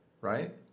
right